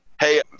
Hey